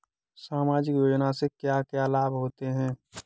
सामाजिक योजना से क्या क्या लाभ होते हैं?